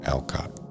Alcott